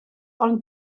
ond